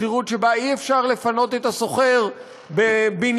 שכירות שבה אי-אפשר לפנות את השוכר בן-לילה,